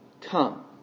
come